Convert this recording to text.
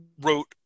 wrote